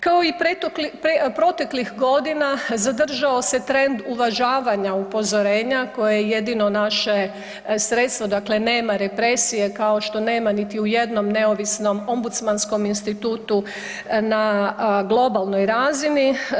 Kao i proteklih godina zadržao se trend uvažavanja upozorenja koje je jedino naše sredstvo, dakle nema represije kao što nema ni u jednom neovisnom ombudsmanskom institutu na globalnoj razini.